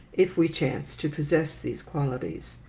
if we chance to possess these qualities.